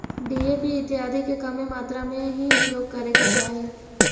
DAP इत्यादि के कमे मात्रा में ही उपयोग करे के चाहि